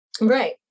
Right